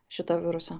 šitą virusą